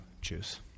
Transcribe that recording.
choose